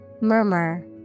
Murmur